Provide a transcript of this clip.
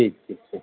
ٹھیک ٹھیک ٹھیک